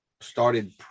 started